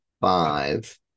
Five